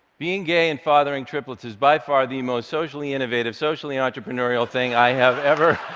being gay and fathering triplets is by far the most socially innovative, socially and entrepreneurial thing i have ever